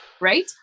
Right